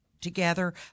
together